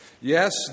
Yes